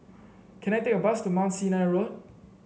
can I take a bus to Mount Sinai Road